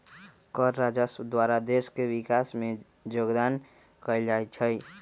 कर राजस्व द्वारा देश के विकास में जोगदान कएल जाइ छइ